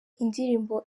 indirimbo